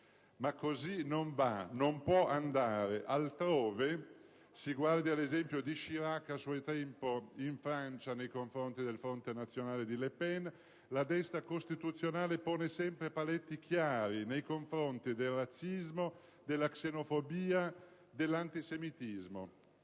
Ma così non va, non può andare. Altrove - si guardi all'esempio di Chirac, a suo tempo in Francia nei confronti del Fronte Nazionale di Le Pen - la destra costituzionale pone sempre paletti chiari nei confronti del razzismo, della xenofobia e dell'antisemitismo.